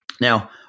Now